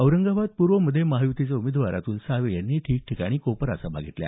औरंगाबाद पूर्वचे महायुतीचे उमेदवार अतुल सावे यांनी ठिकठिकाणी कोपरा सभा घेतल्या